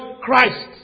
Christ